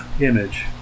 image